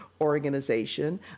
organization